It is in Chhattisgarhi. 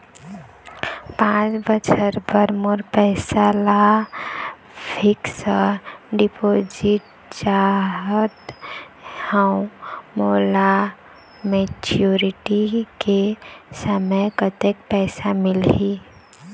पांच बछर बर मोर पैसा ला फिक्स डिपोजिट चाहत हंव, मोला मैच्योरिटी के समय कतेक पैसा मिल ही?